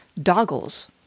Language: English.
doggles